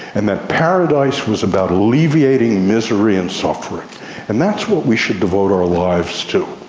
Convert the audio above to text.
and that paradise was about alleviating misery and suffering and that's what we should devote our lives to.